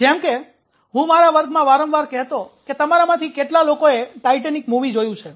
જેમ કે હું મારા વર્ગમાં વારંવાર કહેતો કે તમારામાંથી કેટલા લોકોએ ટાઇટેનિક મૂવી જોયું છે